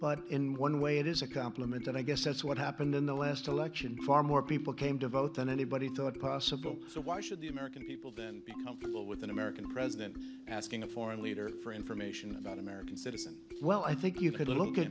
but in one way it is a compliment i guess that's what happened in the last election far more people came to vote than anybody thought possible so why should the american people with an american president asking a foreign leader for information about american citizens well i think you could look at